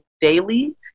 daily